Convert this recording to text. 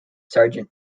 sergeant